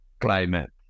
climate